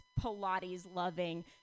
Pilates-loving